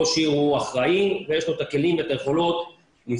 ראש עיר הוא האחראי ויש לו את הכלים ואת היכולות לפעול,